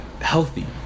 healthy